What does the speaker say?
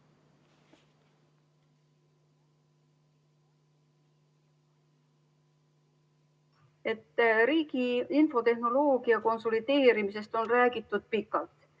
Riigi infotehnoloogia konsolideerimisest on räägitud pikalt.